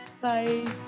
Bye